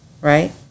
right